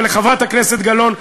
ולחברת הכנסת גלאון,